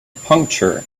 puncture